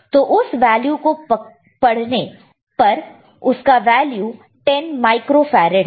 तो उस वैल्यू को पड़ने पर उसका वैल्यू 10 माइक्रो फेरेड है